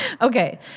Okay